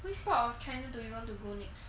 which part of china do you want to go next